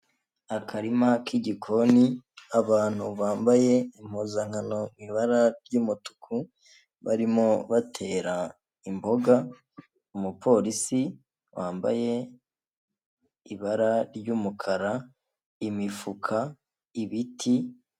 Akarima k'igikoni, abantu bambaye impuzankano ibara ry'umutuku barimo batera imboga, umupolisi wambaye ibara ry'umukara, imifuka, ibiti...